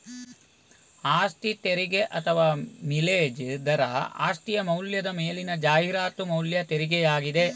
ಆಸ್ತಿ ತೆರಿಗೆ ಅಥವಾ ಮಿಲೇಜ್ ದರ ಆಸ್ತಿಯ ಮೌಲ್ಯದ ಮೇಲಿನ ಜಾಹೀರಾತು ಮೌಲ್ಯ ತೆರಿಗೆಯಾಗಿದೆ